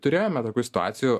turėjome tokių situacijų